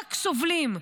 רק סובלים.